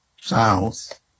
South